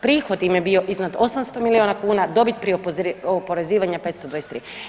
Prihod im je bio iznad 800 milijuna kuna, dobit prije oporezivanja 523.